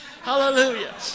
Hallelujah